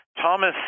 Thomas